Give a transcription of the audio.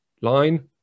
line